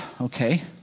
okay